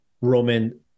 Roman